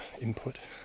input